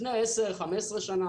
לפני 15-10 שנים,